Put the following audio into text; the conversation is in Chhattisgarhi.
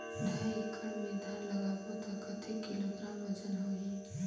ढाई एकड़ मे धान लगाबो त कतेक किलोग्राम वजन होही?